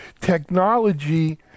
Technology